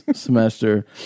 semester